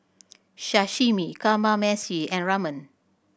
Sashimi Kamameshi and Ramen